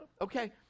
Okay